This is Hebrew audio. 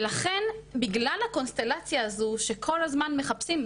ולכן בגלל הקונסטלציה הזו שכל הזמן מחפשים,